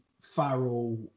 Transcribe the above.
Farrell